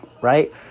right